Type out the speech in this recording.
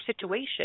situation